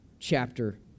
chapter